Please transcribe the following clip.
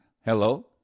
Hello